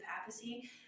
papacy